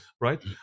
Right